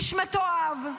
איש מתועב,